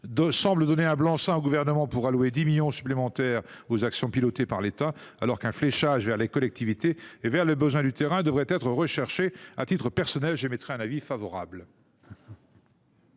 semble donner un blanc seing au Gouvernement et allouer 10 millions d’euros supplémentaires aux actions pilotées par l’État, alors qu’un fléchage vers les collectivités et les besoins sur le terrain devrait être recherché. À titre personnel, j’émettrai toutefois un avis favorable